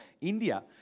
India